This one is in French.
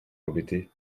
embêter